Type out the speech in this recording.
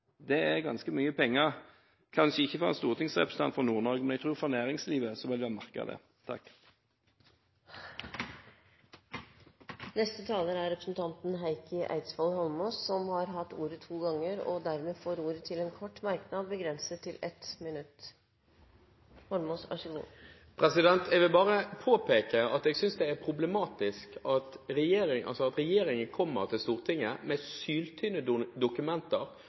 Det er ganske mye penger, kanskje ikke for en stortingsrepresentant for Nord-Norge, men jeg tror at næringslivet vil merke det. Representanten Heikki Eidsvoll Holmås har hatt ordet to ganger tidligere i debatten og får ordet til en kort merknad, begrenset til 1 minutt. Jeg vil bare påpeke at jeg synes det er problematisk at regjeringen kommer til Stortinget med syltynne dokumenter